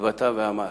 התבטא ואמר,